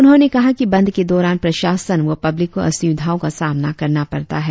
उन्होंने कहा की बंद के दौरान प्रशासन व पब्लिक को असुविधाओं का सामना करना पड़ता है